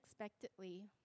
unexpectedly